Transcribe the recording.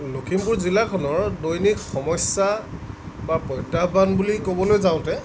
লক্ষীমপুৰ জিলাখনৰ দৈনিক সমস্যা বা প্ৰত্যাহ্বান বুলি কবলৈ যাওঁতে